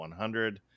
100